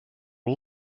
all